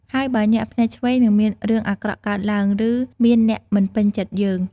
ហើយបើ ញាក់ភ្នែកឆ្វេង នឹងមានរឿងអាក្រក់កើតឡើង ឬមានអ្នកមិនពេញចិត្តយើង។